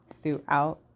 throughout